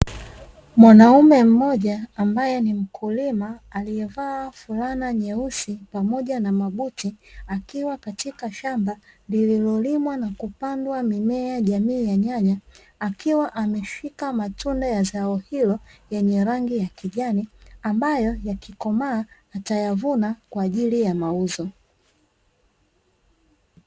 Mwanaume mmoja ambaye ni mkulima aliyevaa fulana nyeusi pamoja na mabuti, akiwa katika shamba lililolimwa na kupandwa mimea jamii ya nyanya, akiwa ameshika matunda ya zao hilo yenye rangi ya kijani ambayo yakikomaa atayavuna kwa ajili ya mauzo.